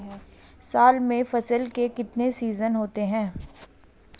साल में फसल के कितने सीजन होते हैं?